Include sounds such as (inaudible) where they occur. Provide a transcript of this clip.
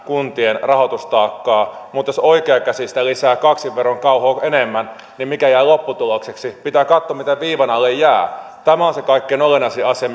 kuntien rahoitustaakkaa mutta jos oikea käsi sitä lisää kaksin verroin kauhoo enemmän niin mikä jää lopputulokseksi pitää katsoa mitä viivan alle jää tämä on se kaikkein olennaisin asia (unintelligible)